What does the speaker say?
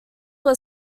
were